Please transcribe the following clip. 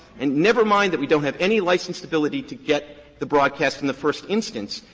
and never mind that we don't have any licensed ability to get the broadcast in the first instance,